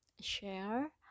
share